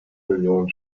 millionen